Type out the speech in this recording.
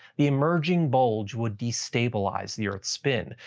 the emerging bulge would destabilize the earth's spin,